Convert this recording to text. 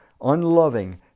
unloving